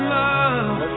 love